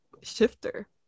shifter